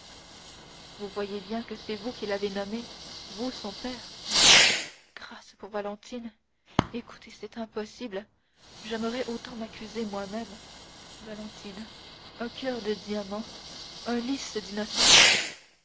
vous voyez bien que c'est vous qui l'avez nommée vous son père grâce pour valentine écoutez c'est impossible j'aimerais autant m'accuser moi-même valentine un coeur de diamant un lis d'innocence